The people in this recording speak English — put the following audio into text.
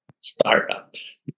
startups